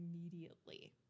immediately